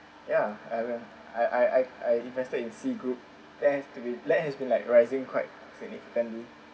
ya I will I I I I invested in C group there has to be there has been like rising quite significantly